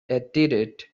edited